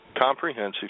comprehensive